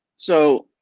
so,